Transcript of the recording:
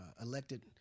elected